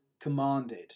commanded